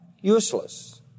Useless